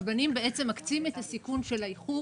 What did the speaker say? הקבלנים מקצים את הסיכון של הייקור,